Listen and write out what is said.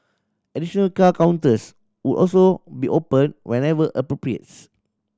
additional car counters would also be opened whenever appropriates